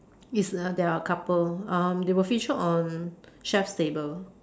is uh they are a couple um they were featured on chef table